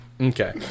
Okay